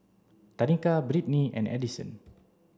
Tanika Brittnee and Edson